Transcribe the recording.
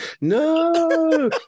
no